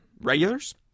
regulars